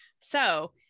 So-